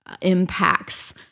impacts